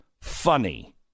funny